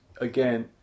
again